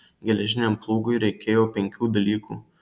geležiniam plūgui reikėjo penkių dalykų